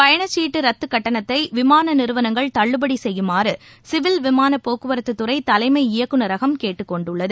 பயணக்சீட்டுரத்துகட்டணத்தைவிமானநிறுவனங்கள் தள்ளுபடிசெய்யுமாறுசிவில் விமானப்போக்குவரத்துத் துறைதலைமை இயக்குநகரம் கேட்டுக்கொண்டுள்ளது